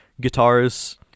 guitars